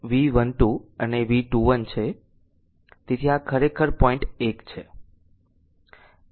તેથી આ ખરેખર પોઈન્ટ 1 છે